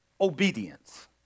obedience